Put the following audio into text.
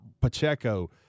Pacheco